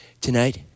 Tonight